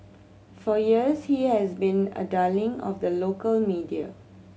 for years he has been a darling of the local media